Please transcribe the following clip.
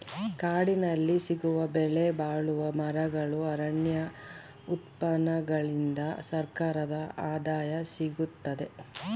ಕಾಡಿನಲ್ಲಿ ಸಿಗುವ ಬೆಲೆಬಾಳುವ ಮರಗಳು, ಅರಣ್ಯ ಉತ್ಪನ್ನಗಳಿಂದ ಸರ್ಕಾರದ ಆದಾಯ ಸಿಗುತ್ತದೆ